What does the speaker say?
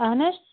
اہَن حظ